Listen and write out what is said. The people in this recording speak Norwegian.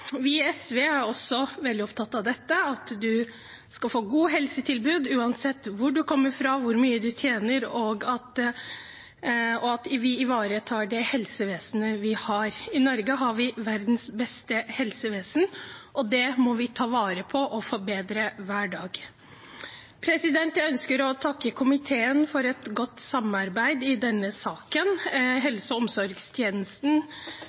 Vi i SV er også veldig opptatt av at man skal få et godt helsetilbud uansett hvor man kommer fra og hvor mye man tjener, og at vi ivaretar det helsevesenet vi har. I Norge har vi verdens beste helsevesen, og det må vi ta vare på og forbedre hver dag. Jeg ønsker å takke komiteen for et godt samarbeid i denne saken.